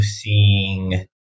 seeing